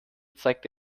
zeigt